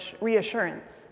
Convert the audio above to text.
reassurance